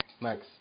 Max